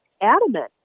adamant